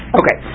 okay